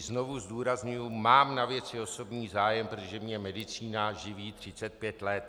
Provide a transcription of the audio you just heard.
Znovu zdůrazňuji, mám na věci osobní zájem, protože mě medicína živí 35 let.